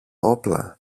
όπλα